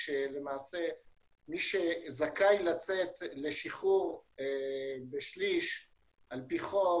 שמיש זכאי לצאת לשחרור בשליש על פי חוק,